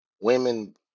women